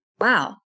Wow